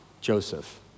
Joseph